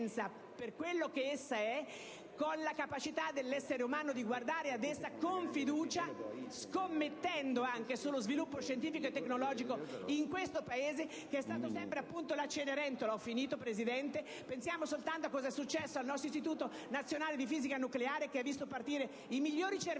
per quello che è, con la capacità dell'essere umano di guardare ad essa con fiducia, scommettendo anche sullo sviluppo scientifico e tecnologico in questo Paese, che è sempre stato una Cenerentola. Pensiamo soltanto a cosa è successo al nostro Istituto nazionale di fisica nucleare, che ha visto partire i migliori cervelli,